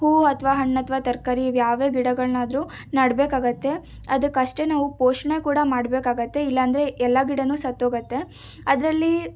ಹೂವು ಅಥವಾ ಹಣ್ಣು ಅಥವಾ ತರಕಾರಿ ಇವು ಯಾವ ಗಿಡಗಳನ್ನಾದ್ರು ನೆಡ್ಬೇಕಾಗತ್ತೆ ಅದಕ್ಕೆ ಅಷ್ಟೆ ನಾವು ಪೋಷಣೆ ಕೂಡ ಮಾಡಬೇಕಾಗತ್ತೆ ಇಲ್ಲ ಅಂದರೆ ಎಲ್ಲ ಗಿಡನು ಸತ್ತೋಗುತ್ತೆ ಅದರಲ್ಲಿ